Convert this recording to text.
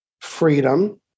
freedom